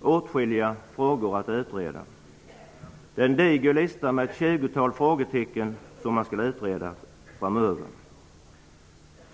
åtskilliga frågor återstår att utreda. Det är en diger lista med ett tjugotal frågetecken som man skall utreda framöver.